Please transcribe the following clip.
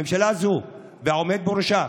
הממשלה הזו והעומד בראשה,